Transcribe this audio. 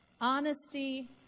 honesty